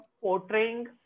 portraying